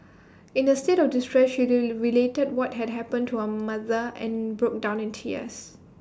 in her state of distress she related what had happened to her mother and broke down in tears